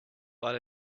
but